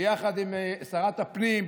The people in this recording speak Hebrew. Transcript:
ביחד עם שרת הפנים,